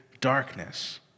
darkness